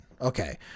Okay